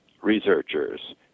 researchers